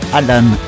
Alan